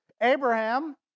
Abraham